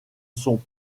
sont